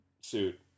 suit